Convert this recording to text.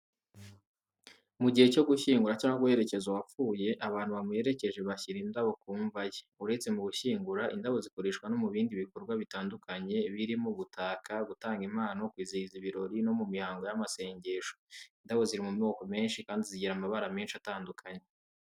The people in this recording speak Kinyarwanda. Mu gihe cyo gushyingura cyangwa guherekeza uwapfuye, abantu bamuherekeje bashyira indabo ku mva ye. Uretse mu gushyingura, indabo zikoreshwa no mu bindi bikorwa bitandukanye birimo gutaka, gutanga impano, kwizihiza ibirori, no mu mihango y'amasengesho. Indabo ziri mu moko menshi kandi zigira amabara menshi atandukanye.